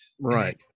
Right